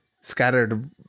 scattered